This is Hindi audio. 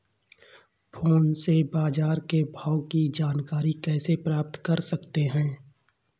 फोन से बाजार के भाव की जानकारी कैसे प्राप्त कर सकते हैं?